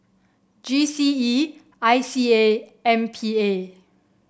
G C E I C A M P A